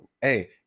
hey